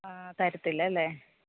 ആ തരത്തില്ലല്ലേ